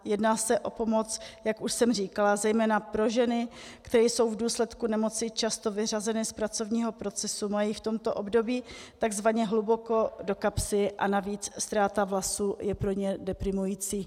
Jedná se o pomoc, jak už jsem říkala, zejména pro ženy, které jsou v důsledku nemoci často vyřazeny z pracovního procesu, mají v tomto období tzv. hluboko do kapsy a navíc ztráta vlasů je pro ně deprimující.